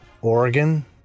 Oregon